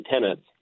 tenants